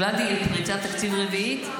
ולדי, פריצת תקציב רביעית?